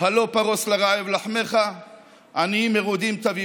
"הלוא פרס לרעב לחמך ועניים מרודים תביא